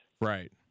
Right